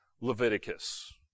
Leviticus